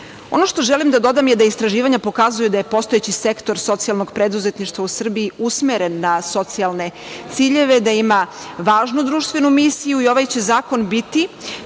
što želim da dodam je da istraživanja pokazuju da je postojeći Sektor socijalnog preduzetništva u Srbiji, usmeren na socijalne ciljeve, da ima važnu društvenu misiju i ovaj će zakon biti